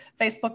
Facebook